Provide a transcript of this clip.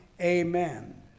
Amen